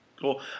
Cool